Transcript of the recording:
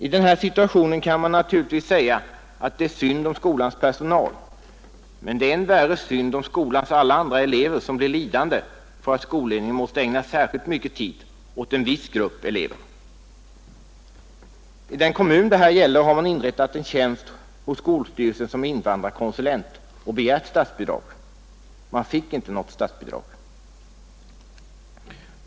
I den här situationen kan man naturligtvis säga att det är synd om skolans personal. Men det är än värre synd om skolans alla andra elever, som blir lidande för att skolledningen måste ägna särskilt mycket tid åt en viss grupp elever. I den kommun det här gäller har man inrättat en tjänst hos skolstyrelsen som invandrarkonsulent och begärt statsbidrag. Man fick inte något statsbidrag.